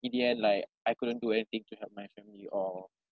in the end like I couldn't do anything to help my family or